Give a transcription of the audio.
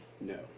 No